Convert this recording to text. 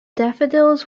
daffodils